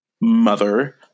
Mother